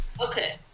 Okay